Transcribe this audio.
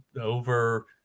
over